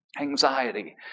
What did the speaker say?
Anxiety